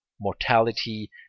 Mortality